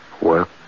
Work